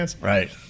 Right